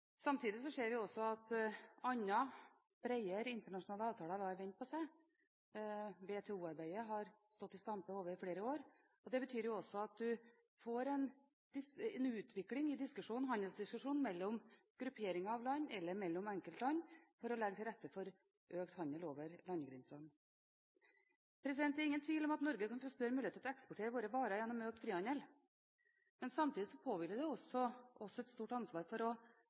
Samtidig ser vi også at andre, bredere internasjonale avtaler lar vente på seg. WTO-arbeidet har stått i stampe over flere år, og det betyr også at man får en utvikling i handelsdiskusjonen mellom grupperinger av land eller mellom enkeltland for å legge til rette for økt handel over landegrensene. Det er ingen tvil om at Norge kan få større muligheter til å eksportere våre varer gjennom økt frihandel, men samtidig påhviler det oss også et stort ansvar for